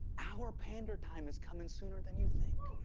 our pander time is coming sooner than you think.